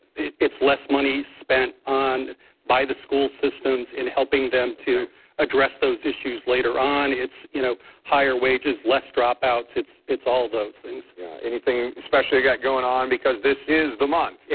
it's less money spent on by the school systems in helping them to address those issues later on. it's, you know, higher wages, less drop out, it's it's all those things. kent yeah anything especially got going on because this is the month. yeah